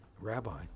rabbi